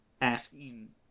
asking